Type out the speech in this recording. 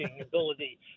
ability